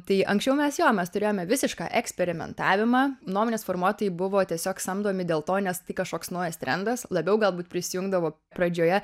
tai anksčiau mes jo mes turėjome visišką eksperimentavimą nuomonės formuotojai buvo tiesiog samdomi dėl to nes tai kažkoks naujas trendas labiau galbūt prisijungdavo pradžioje